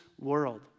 world